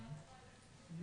משרד הבריאות.